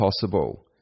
possible